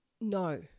No